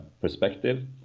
perspective